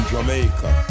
Jamaica